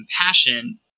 compassion